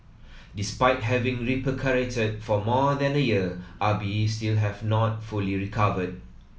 despite having recuperated for more than a year Ah Bi still have not fully recovered